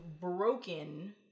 broken